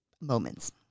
moments